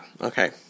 Okay